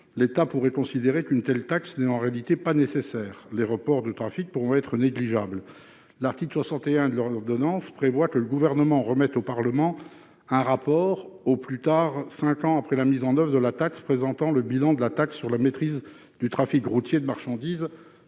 l'État pourrait considérer qu'une telle taxe n'est en réalité pas nécessaire, les reports de trafics pouvant être négligeables. L'article 61 de l'ordonnance prévoit que le Gouvernement remette au Parlement un rapport au plus tard cinq ans après la mise en oeuvre de la taxe présentant le bilan de la taxe sur la maîtrise du trafic routier de marchandises